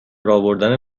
آوردن